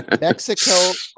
mexico